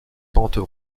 pentes